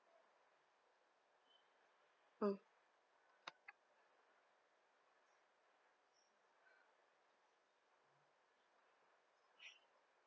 mm